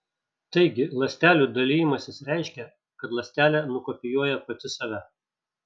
taigi ląstelių dalijimasis reiškia kad ląstelė nukopijuoja pati save